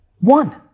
one